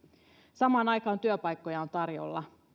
samaan aikaan työpaikkoja on tarjolla